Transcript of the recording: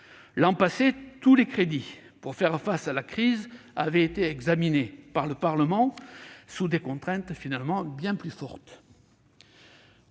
L'an passé, tous les crédits pour faire face à la crise ont été examinés par le Parlement, sous des contraintes finalement bien plus fortes.